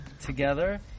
together